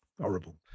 horrible